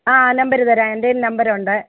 ആഹ് number തരാം എന്റെ കയ്യിൽ നംബരുണ്ട്